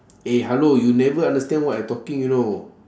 eh hello you never understand what I talking you know